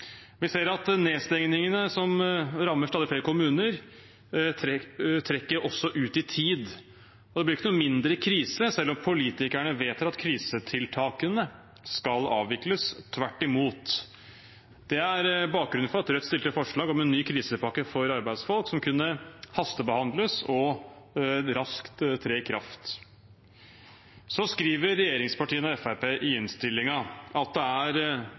Vi ser at nedstengningene, som rammer stadig flere kommuner, også trekker ut i tid. Det blir ikke noe mindre krise selv om politikerne vedtar at krisetiltakene skal avvikles – tvert imot. Det er bakgrunnen for at Rødt stilte forslag om en ny krisepakke for arbeidsfolk, en krisepakke som kunne hastebehandles og raskt tre i kraft. I innstillingen skriver regjeringspartiene og Fremskrittspartiet at det er